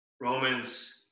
Romans